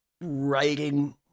Writing